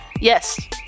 Yes